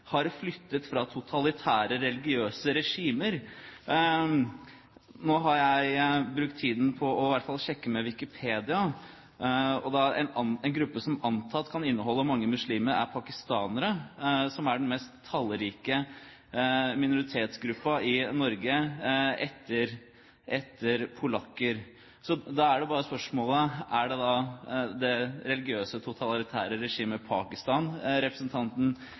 har «flyktet fra totalitære religiøse regimer». Nå har jeg brukt tiden på i hvert fall å sjekke med Wikipedia. En gruppe som antatt består av mange muslimer, er pakistanere, som er den mest tallrike minoritetsgruppen i Norge, etter polakker. Da er spørsmålet: Er det da det religiøse, totalitære regimet Pakistan representanten